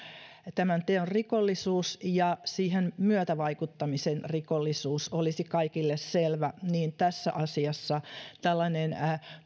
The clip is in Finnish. tämän teon rikollisuus ja siihen myötävaikuttamisen rikollisuus olisi kaikille selvää niin tässä asiassa